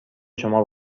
شما